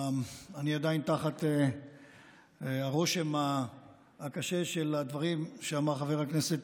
עדיין תחת הרושם הקשה של הדברים שאמר חבר הכנסת